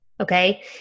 okay